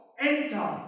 enter